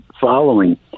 following